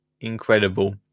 incredible